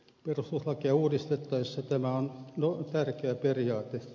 perustuslakia uudistettaessa tämä on tärkeä periaate